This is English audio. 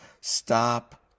Stop